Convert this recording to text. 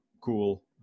cool